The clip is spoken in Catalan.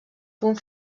punt